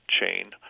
chain